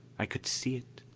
i could see it.